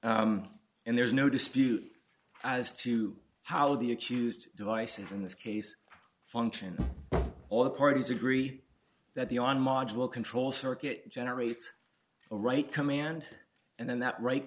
s and there's no dispute as to how the accused devices in this case function all the parties agree that the on module control circuit generates a write command and then that write